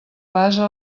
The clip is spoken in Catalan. base